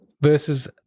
versus